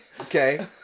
Okay